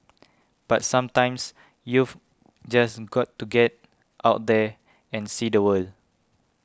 but sometimes you've just got to get out there and see the world